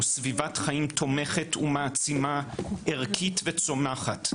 סביבת חיים תומכת ומעצימה ערכית וצומחת.